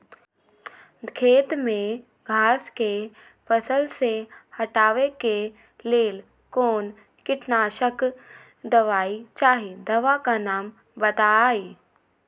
खेत में घास के फसल से हटावे के लेल कौन किटनाशक दवाई चाहि दवा का नाम बताआई?